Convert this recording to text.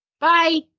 Bye